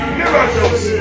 miracles